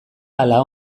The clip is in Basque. ala